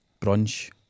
brunch